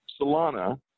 Solana